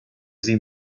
sie